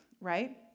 right